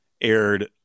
aired